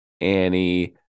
Annie